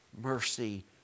mercy